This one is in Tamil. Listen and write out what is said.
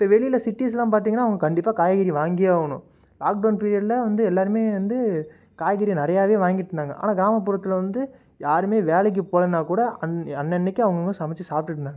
இப்போ வெளியில் சிட்டீஸ்லா பார்த்தீங்கன்னா அவங்க கண்டிப்பாக காய்கறி வாங்கியே ஆகணும் லாக்டவுன் பீரியட்ல வந்து எல்லாருமே வந்து காய்கறி நிறையாவே வாங்கிட்டிருந்தாங்க ஆனால் கிராமப்புறத்தில் வந்து யாருமே வேலைக்கு போகலன்னா கூட அன்ன அன்னன்னக்கி அவங்க அவங்க சமைச்சி சாப்பிடுட்ருந்தாங்க